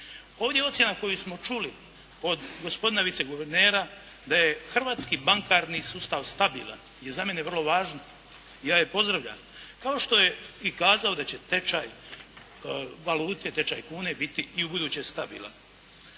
Ovdje je ocjena koju smo čuli od gospodina viceguvernera da je hrvatski bankarni sustav stabilan je za mene vrlo važno. Ja je pozdravljam. Kao što je i kazao da će tečaj valute, tečaj kune biti i ubuduće stabilan.